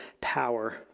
power